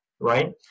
Right